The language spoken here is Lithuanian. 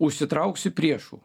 užsitrauksi priešų